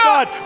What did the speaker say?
God